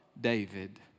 David